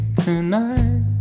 tonight